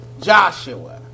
joshua